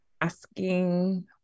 asking